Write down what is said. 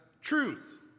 truth